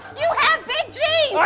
you have big genes!